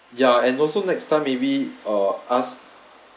ya and also next time maybe uh ask